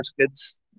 kids